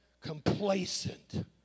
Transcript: complacent